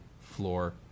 floor